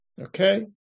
okay